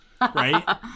right